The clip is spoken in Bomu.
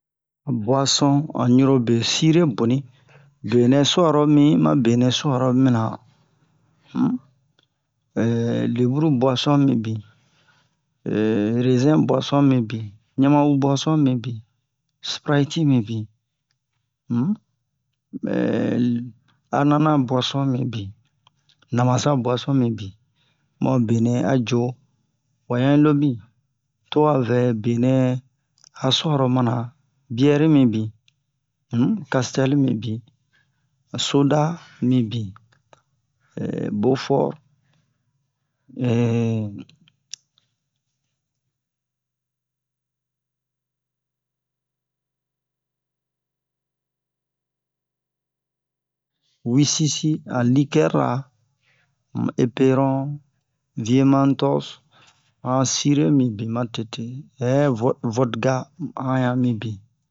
Buwason han ɲurobe sire boni benɛ su'aro mi ma benɛ su'aro mina um leburu buwason mibin rezɛn buwason mibin ɲanma'u buwason sprayiti mibin um anana buwason mibin namasa buwason mibin mu a benɛ a jo wa ɲan yi lo bin to wa vɛ benɛ a su'aro a mana biyɛri mibin um kasitɛli mibin soda mibin bofɔre wi-sisi han likɛri-ra ma eperon viyemantɔse han sire mibin matete hɛ vɔde-vodega han ɲan mibin